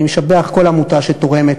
אני משבח כל עמותה שתורמת